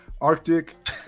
Arctic